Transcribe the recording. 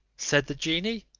said the genie,